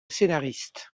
scénariste